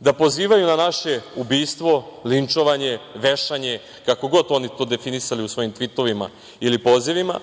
da pozivaju na naše ubistvo, linčovanje, vešanje, kako god oni to definisali u svojim tvitovima ili pozivima,